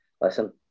listen